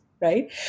right